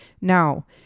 Now